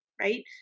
right